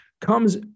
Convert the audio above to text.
Comes